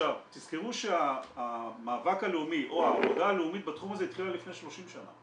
תזכרו שהמאבק הלאומי או העבודה הלאומית בתחום הזה התחילה לפני 30 שנה,